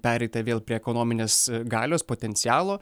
pereita vėl prie ekonominės galios potencialo